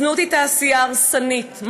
הזנות היא תעשייה הרסנית,